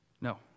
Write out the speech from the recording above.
No